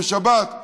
בשבת,